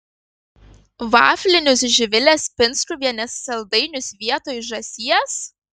vaflinius živilės pinskuvienės saldainius vietoj žąsies